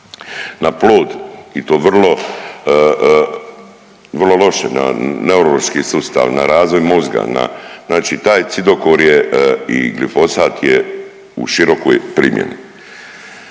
na plod i to vrlo, vrlo loše na neurološki sustav, na razvoj mozga, znači taj cidokor je i glifosat je u širokoj primjeni.